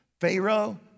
Pharaoh